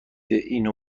اینو